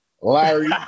Larry